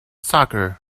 soccer